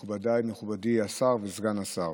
מכובדיי, מכובדי השר וסגן השר,